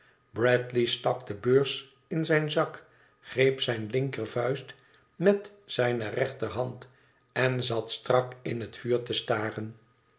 bradley stak de beurs in zijn zak greep zijne linkervuist met zijne rechterhand en zat strak in het vuur te staren